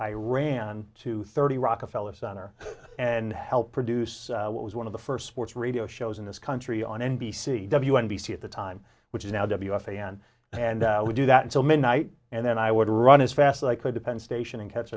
i ran to thirty rockefeller center and helped produce what was one of the first sports radio shows in this country on n b c w n b c at the time which is now w f a n and we do that until midnight and then i would run as fast as i could to penn station and catch